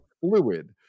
fluid